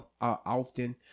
often